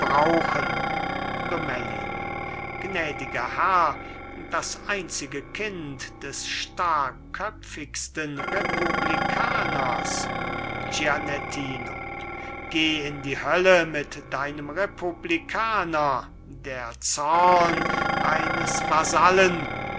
lomellin gnädiger herr das einzige kind des starrköpfigsten republikaners gianettino geh in die hölle mit deinem republikaner der zorn eines vasallen